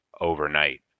overnight